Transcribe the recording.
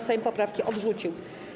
Sejm poprawki odrzucił.